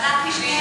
אנחנו בעד.